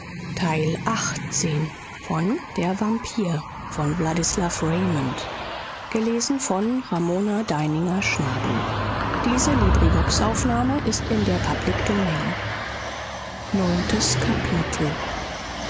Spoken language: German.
tür neuntes kapitel